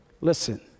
Listen